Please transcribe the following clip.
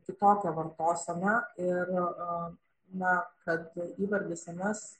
kitokią vartoseną ir na kad įvardis anas